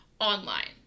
online